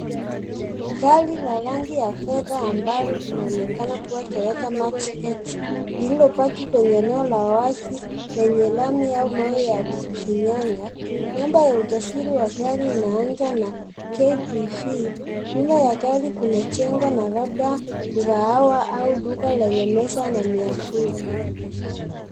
Gari la rangi ya fedha ambalo linaonekana kuwa toyota mark x, lililopaki kwenye eneo la wazi lenye lami au mawe ya kufinyanga. Namba ya usajili wa gari unaanza na KPV. Nyuma ya gari kumejengwa na labda mkahawa au duka lenye meza na miavuli.